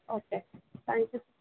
okay thank you sir